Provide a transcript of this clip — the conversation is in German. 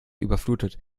überflutet